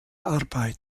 arbeit